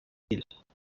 infantil